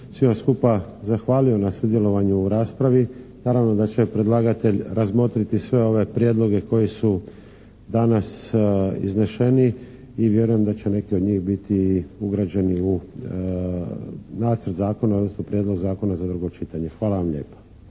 svima skupa zahvalio na sudjelovanju u raspravi. Naravno da će predlagatelj razmotriti sve ove prijedloge koji su danas izneseni i vjerujem da će neki od njih biti ugrađeni u nacrt zakona, odnosno prijedlog zakona za drugo čitanje. Hvala vam lijepa.